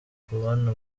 kubona